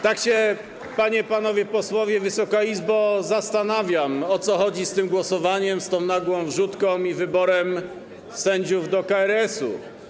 Tak się, panie, panowie posłowie, Wysoka Izbo, zastanawiam, o co chodzi z tym głosowaniem, z tą nagłą wrzutką i wyborem sędziów do KRS.